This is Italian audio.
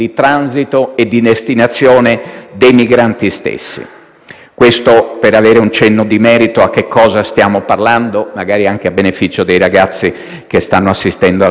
Questo per fornire un cenno di merito su cosa stiamo parlando, magari anche a beneficio dei ragazzi che stanno assistendo alla nostra seduta.